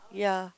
ya